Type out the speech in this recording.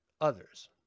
others